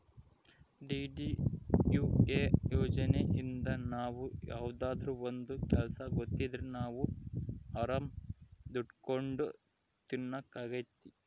DDUA ಯೋಜನೆಇಂದ ನಾವ್ ಯಾವ್ದಾದ್ರೂ ಒಂದ್ ಕೆಲ್ಸ ಗೊತ್ತಿದ್ರೆ ನಾವ್ ಆರಾಮ್ ದುಡ್ಕೊಂಡು ತಿನಕ್ ಅಗ್ತೈತಿ